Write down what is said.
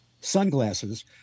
sunglasses